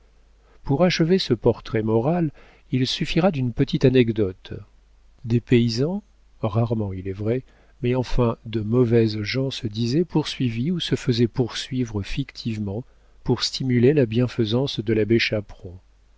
pour achever ce portrait moral il suffira d'une petite anecdote des paysans rarement il est vrai mais enfin de mauvaises gens se disaient poursuivis ou se faisaient poursuivre fictivement pour stimuler la bienfaisance de l'abbé chaperon